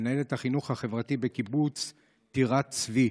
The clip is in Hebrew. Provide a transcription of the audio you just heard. מנהלת החינוך החברתי בקיבוץ טירת צבי,